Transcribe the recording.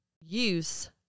use